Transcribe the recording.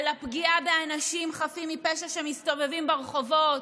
על הפגיעה באנשים חפים מפשע שמסתובבים ברחובות,